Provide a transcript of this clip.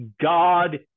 God